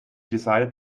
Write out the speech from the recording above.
decided